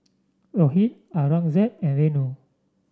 Rohit Aurangzeb and Renu